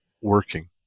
working